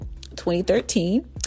2013